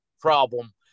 problem